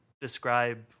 describe